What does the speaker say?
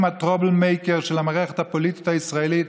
ה-trouble maker של המערכת הפוליטית הישראלית,